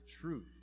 truth